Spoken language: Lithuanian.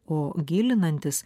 o gilinantis